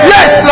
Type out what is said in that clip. Yes